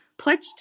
pledged